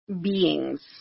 beings